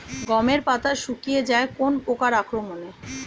গমের পাতা শুকিয়ে যায় কোন পোকার আক্রমনে?